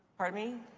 pardon me?